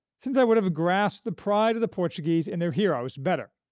since i would have grasped the pride of the portuguese in their heroes better.